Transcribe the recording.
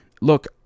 Look